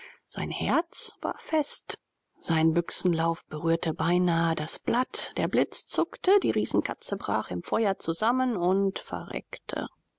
sein herz war fest sein büchsenlauf berührte beinahe das blatt der blitz zuckte die riesenkatze brach im feuer zusammen und verreckte